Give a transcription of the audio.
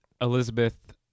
elizabeth